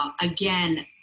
Again